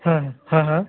हाँ हाँ हाँ